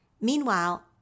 Meanwhile